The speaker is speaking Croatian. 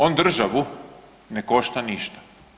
On državu ne košta ništa.